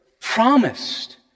promised